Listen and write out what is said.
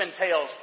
entails